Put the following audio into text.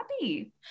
happy